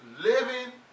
living